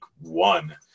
one